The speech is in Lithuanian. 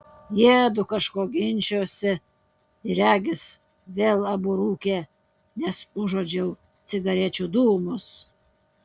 jiedu kažko ginčijosi ir regis vėl abu rūkė nes užuodžiau cigarečių dūmus